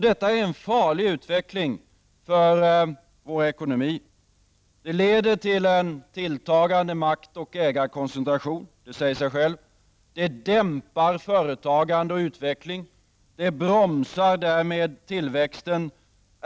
Det är en farlig utveckling för vår ekonomi. Det leder till en tilltagande makt och ägarkoncentration. Det dämpar företagande och utveckling och det bromsar därmed tillväxten.